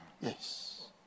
Yes